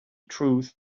truth